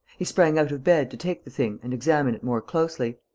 he sprang out of bed to take the thing and examine it more closely.